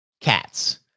cats